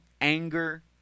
anger